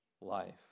life